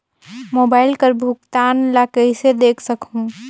Mobile कर भुगतान ला कइसे देख सकहुं?